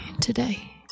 today